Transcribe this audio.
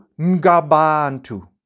ngabantu